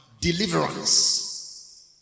deliverance